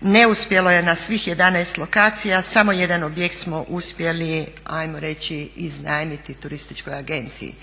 Neuspjelo je na svih 11 lokacija, samo 1 objekt smo uspjeli ajmo reći iznajmiti turističkoj agenciji.